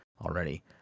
already